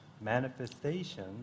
Manifestation